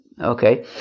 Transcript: Okay